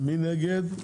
מי נגד?